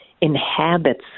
inhabits